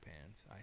pants